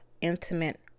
intimate